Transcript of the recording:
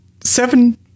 seven